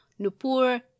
Nupur